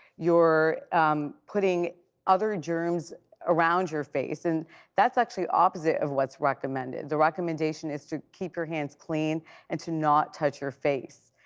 um putting other germs around your face and that's actually opposite of what's recommended. the recommendation is to keep your hands clean and to not touch your face.